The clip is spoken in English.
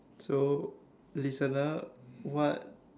so listener what